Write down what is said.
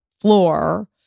floor